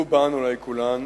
רובן, אולי כולן,